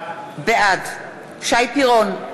בעד שי פירון,